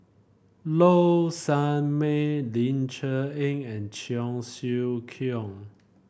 Low Sanmay Ling Cher Eng and Cheong Siew Keong